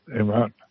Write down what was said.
amen